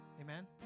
Amen